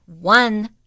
one